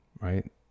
Right